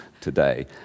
today